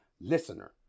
listener